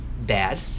bad